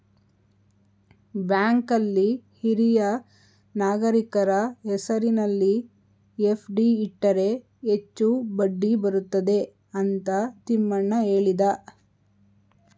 ಬ್ಯಾಂಕಲ್ಲಿ ಹಿರಿಯ ನಾಗರಿಕರ ಹೆಸರಿನಲ್ಲಿ ಎಫ್.ಡಿ ಇಟ್ಟರೆ ಹೆಚ್ಚು ಬಡ್ಡಿ ಬರುತ್ತದೆ ಅಂತ ತಿಮ್ಮಣ್ಣ ಹೇಳಿದ